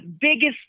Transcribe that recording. biggest